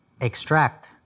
extract